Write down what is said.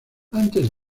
antes